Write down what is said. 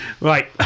Right